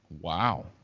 Wow